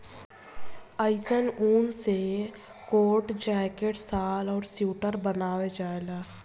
अइसन ऊन से कोट, जैकेट, शाल आ स्वेटर बनावल जाला